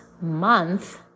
month